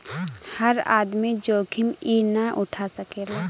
हर आदमी जोखिम ई ना उठा सकेला